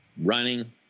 running